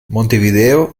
montevideo